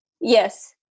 Yes